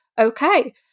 okay